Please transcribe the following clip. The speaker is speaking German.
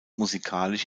musikalisch